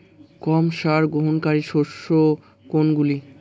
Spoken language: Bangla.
কম সার গ্রহণকারী শস্য কোনগুলি?